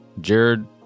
Jared